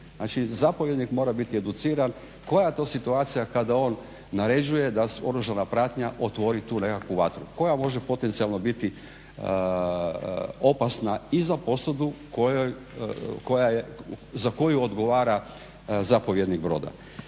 Znači zapovjednik mora biti educiran, koja je to situacija kada on naređuje da oružana pratnja otvori tu nekakvu vatru, koja može potencijalno biti opasna i za posadu za koju odgovara zapovjednik broda.